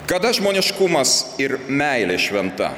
kada žmoniškumas ir meilė šventa